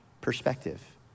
perspective